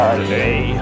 today